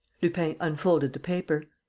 lupin unfolded the paper.